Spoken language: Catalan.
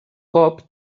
cop